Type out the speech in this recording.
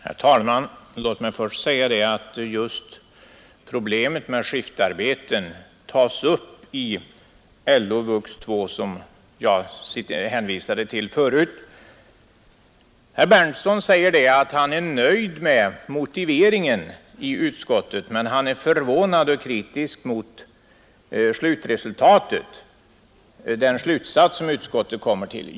Herr talman! Låt mig först säga att just problemet med skiftarbeten tas upp i LO Vux 2 som jag hänvisade till förut. Herr Berndtson är nöjd med motiveringen i utskottsbetänkandet, men han är förvånad och kritisk med anledning av den slutsats som utskottet kommer till.